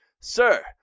Sir